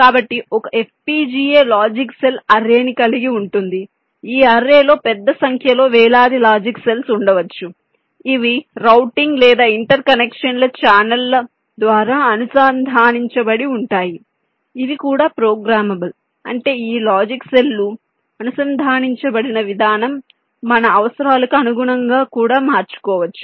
కాబట్టి ఒక FPGA logic cell అర్రేని కలిగి ఉంటుంది ఈ అర్రే లో పెద్ద సంఖ్యలో వేలాది లాజిక్ సెల్స్ ఉండవచ్చు ఇవి రౌటింగ్ లేదా ఇంటర్ కనెక్షన్ ఛానెళ్ల ద్వారా అనుసంధానించబడి ఉంటాయి ఇవి కూడా ప్రోగ్రామబుల్ అంటే ఈ లాజిక్ సెల్ లు అనుసంధానించబడిన విధానం మన అవసరాలకు అనుగుణంగా కూడా మార్చుకోవచ్చు